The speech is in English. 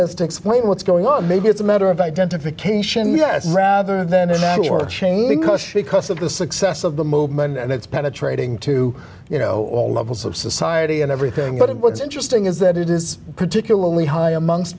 as to explain what's going on maybe it's a matter of identification yes rather then in that your chain english because of the success of the movement and it's penetrating to you know all levels of society and everything but what's interesting is that it is particularly high amongst